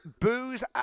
Booze